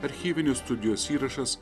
archyvinis studijos įrašas